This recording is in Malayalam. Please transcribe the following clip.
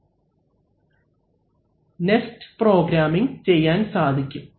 അവലംബിക്കുന്ന സ്ലൈഡ് സമയം 1333 നെസ്റ്റ് പ്രോഗ്രാമിങ് ചെയ്യാൻ സാധിക്കും